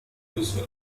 user